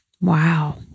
Wow